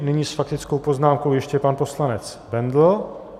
Nyní s faktickou poznámkou ještě pan poslanec Bendl.